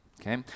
okay